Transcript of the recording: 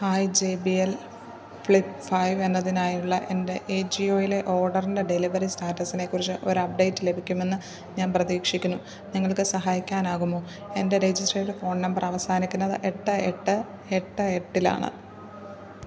hi J B L flip five എന്നതിനായുള്ള എന്റെ ഏജിയോയിലെ ഓഡറിന്റെ ഡെലിവറി സ്റ്റാറ്റസിനെക്കുറിച്ച് ഒരു അപ്ഡേറ്റ് ലഭിക്കുമെന്ന് ഞാൻ പ്രതീക്ഷിക്കുന്നു നിങ്ങൾക്ക് സഹായിക്കാനാകുമോ എൻ്റെ രജിട്രേഡ് ഫോൺ നമ്പർ അവസാനിക്കുന്നത് എട്ട് എട്ട് എട്ട് എട്ടിലാണ്